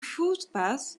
footpath